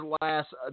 last